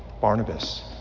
Barnabas